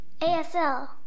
ASL